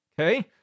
Okay